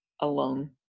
alone